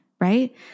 right